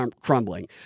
crumbling